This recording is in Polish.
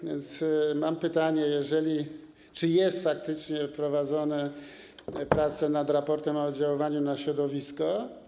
A więc mam pytanie: Czy są faktycznie prowadzone prace nad raportem o oddziaływaniu na środowisko?